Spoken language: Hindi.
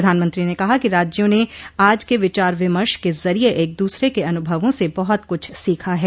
प्रधानमंत्री ने कहा कि राज्यों ने आज के विचार विमर्श के जरिये एक दूसरे के अनुभवों से बहुत कुछ सीखा है